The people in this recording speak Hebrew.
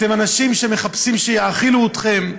אתם אנשים שמחפשים שיאכילו אתכם.